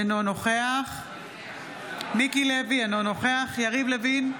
אינו נוכח מיקי לוי, אינו נוכח יריב לוין,